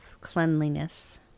cleanliness